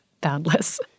boundless